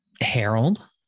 harold